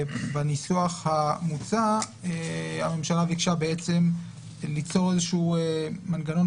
בניסוח המוצע הממשלה ביקשה ליצור איזשהו מנגנון